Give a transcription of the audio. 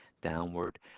downward